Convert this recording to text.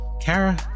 Kara